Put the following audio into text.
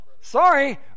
sorry